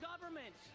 government